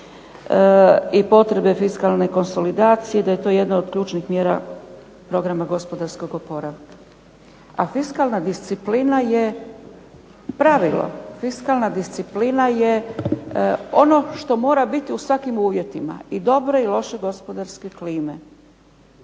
i potrebne fiskalne konsolidacije, da je to jedna od ključnih mjera programa gospodarskog oporavka. A fiskalna disciplina je pravilo. Fiskalna disciplina je ono što mora biti u svakim uvjetima i dobre i loše gospodarske klime.